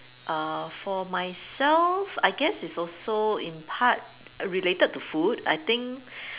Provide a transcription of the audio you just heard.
uh for myself I guess it's also in part related to food I think